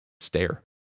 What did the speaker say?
stare